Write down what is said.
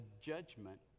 judgment